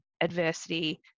adversity